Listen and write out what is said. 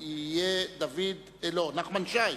אני מאוד מודה למשנה לראש הממשלה,